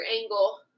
angle